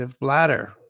bladder